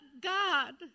God